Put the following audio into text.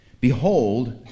Behold